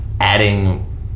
adding